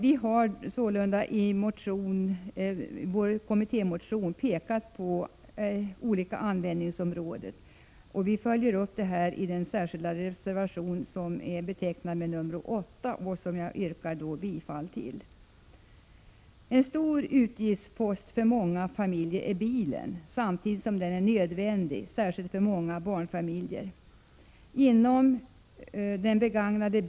Vi har i vår kommittémotion pekat på olika användningsområden, vilket vi följer upp i reservation 8, som jag yrkar bifall till. En stor utgiftspost för många familjer är bilen. Den är samtidigt nödvändig, särskilt för många barnfamiljer.